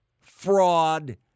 fraud